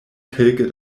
kelke